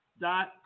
Dot